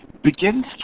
Begins